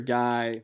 guy